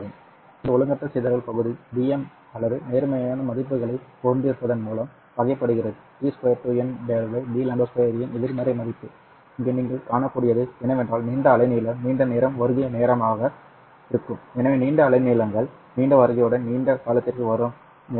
எனவே இந்த ஒழுங்கற்ற சிதறல் பகுதி Dm அல்லது நேர்மறையான மதிப்புகளைக் கொண்டிருப்பதன் மூலம் வகைப்படுத்தப்படுகிறது d2n dλ2 இன் எதிர்மறை மதிப்பு இங்கே நீங்கள் காணக்கூடியது என்னவென்றால் நீண்ட அலைநீளம் நீண்ட நேரம் வருகை நேரமாக இருக்கும் எனவே நீண்ட அலைநீளங்கள் நீண்ட வருகையுடன் நீண்ட காலத்திற்கு வரும் நேரம்